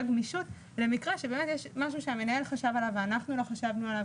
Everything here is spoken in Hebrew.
גמישות למקרה שבאמת יש משהו שהמנהל חשב עליו ואנחנו לא חשבנו עליו